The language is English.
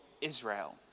Israel